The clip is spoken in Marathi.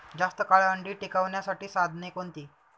जास्त काळ अंडी टिकवण्यासाठी साधने कोणती?